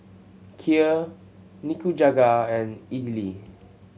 Kheer Nikujaga and Idili